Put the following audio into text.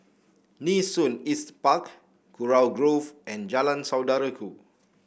Nee Soon East Park Kurau Grove and Jalan Saudara Ku